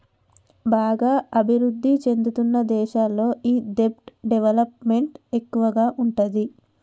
బాగా అభిరుద్ధి చెందుతున్న దేశాల్లో ఈ దెబ్ట్ డెవలప్ మెంట్ ఎక్కువగా ఉంటాది